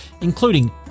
including